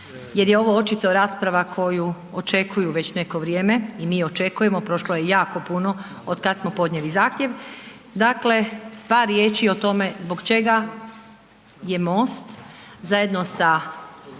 jer je ovo očito rasprava koju očekuju već neko vrijeme, i mi očekujemo, prošlo je jako puno otkad smo podnijeli zahtjev. Dakle par riječi tome zbog čega je MOST zajedno sa